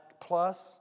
plus